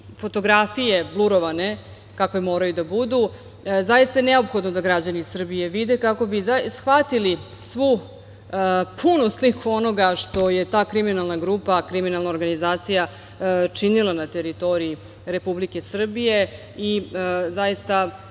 Fotografije blurovane, kakve moraju da budu, zaista je neophodno da građani Srbije vide kako bi shvatili punu sliku onoga što je ta kriminalna grupa, kriminalna organizacija činila na teritoriji Republike Srbije. Istraga